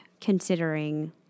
considering